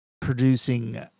producing